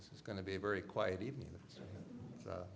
this is going to be a very quiet evening